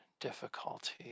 difficulty